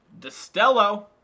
Destello